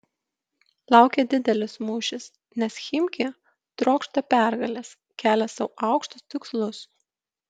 laukia didelis mūšis nes chimki trokšta pergalės kelia sau aukštus tikslus